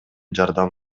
жардам